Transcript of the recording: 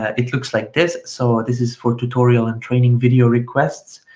ah it looks like this. so this is for tutorial and training video requests.